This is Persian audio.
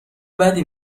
بدی